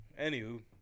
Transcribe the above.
Anywho